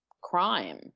crime